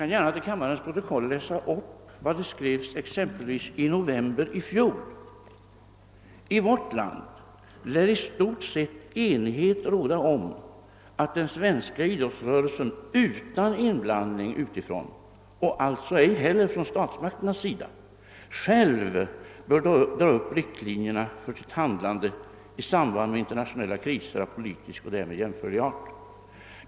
Jag vill till kammarens protokoll som exempel läsa upp följande, som man skrev i november i fjol: »I vårt land lär i stort sett enighet råda om att den svenska idrottsrörelsen — utan inblandning utifrån och alltså ej heller från statsmakternas sida — själv bör dra upp riktlinjerna för sitt handlande i samband med internationella kriser av politisk eller därmed jämförlig art.